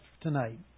tonight